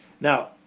Now